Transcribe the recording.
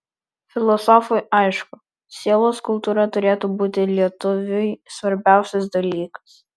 filosofui aišku sielos kultūra turėtų būti lietuviui svarbiausias dalykas